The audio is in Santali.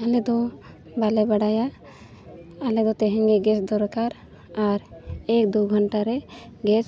ᱟᱞᱮ ᱫᱚ ᱵᱟᱞᱮ ᱵᱟᱰᱟᱭᱟ ᱟᱞᱮ ᱫᱚ ᱛᱮᱦᱮᱧ ᱨᱮ ᱜᱮᱥ ᱫᱚᱨᱠᱟᱨ ᱟᱨ ᱮᱠᱼᱫᱩ ᱜᱷᱚᱱᱴᱟ ᱨᱮ ᱜᱮᱥ